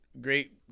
great